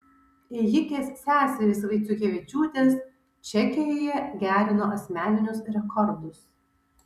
ėjikės seserys vaiciukevičiūtės čekijoje gerino asmeninius rekordus